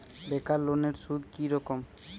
বেকার লোনের সুদ কি রকম?